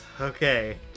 Okay